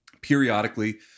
Periodically